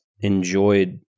enjoyed